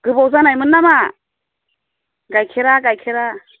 गोबाव जानायमोन नामा गाइखेरा गाइखेरा